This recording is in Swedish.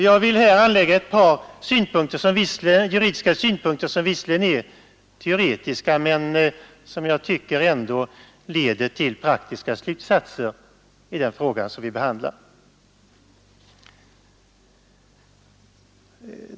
Jag vill här anlägga ett par juridiska synpunkter, som visserligen är teoretiska men som ändå leder till praktiska slutsatser i den fråga vi behandlar.